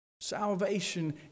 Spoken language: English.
Salvation